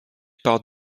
par